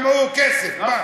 שמעו "כסף".